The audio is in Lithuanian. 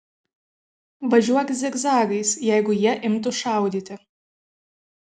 važiuok zigzagais jeigu jie imtų šaudyti